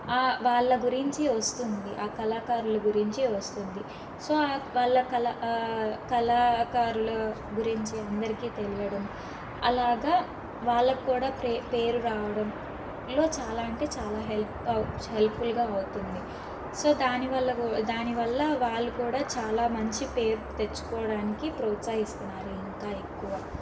వాళ్ళ గురించి వస్తుంది ఆ కళాకారుల గురించి వస్తుంది సో వాళ్ళ కళ కళ కళాకారుల గురించి అందరికీ తెలియడం అలాగా వాళ్ళకి కూడా పే పేరు రావడం లో చాలా అంటే చాలా హెల్ప్ హెల్ప్ఫుల్గా అవుతుంది సో దానివల్ల దానివల్ల వాళ్ళు కూడా చాలా మంచి పేరు తెచ్చుకోవడానికి ప్రోత్సహిస్తున్నారు ఇంకా ఎక్కువ